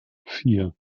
vier